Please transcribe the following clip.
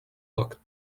lot